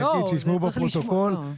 יגיד בפרוטוקול,